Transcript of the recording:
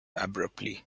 abruptly